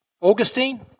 Augustine